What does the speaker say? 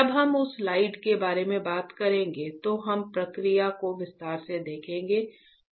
जब हम उस स्लाइड के बारे में बात करेंगे तो हम प्रक्रिया को विस्तार से देखेंगे